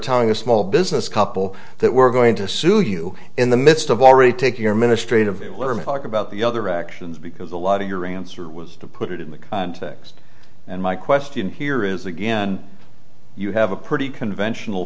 telling a small business couple that we're going to sue you in the midst of already take your ministry of about the other actions because a lot of your answer was to put it in the context and my question here is again you have a pretty conventional